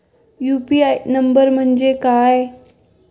UPI number म्हणजे काय?